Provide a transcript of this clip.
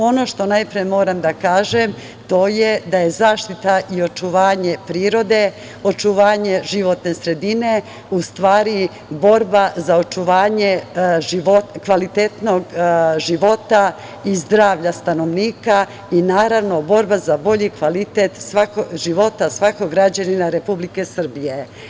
Ono što najpre moram da kažem, to je da je zaštita i očuvanje prirode, očuvanje životne sredine u stvari borba za očuvanje kvalitetnog života i zdravlja stanovnika i naravno borba za bolji kvalitet života svakog građanina Republike Srbije.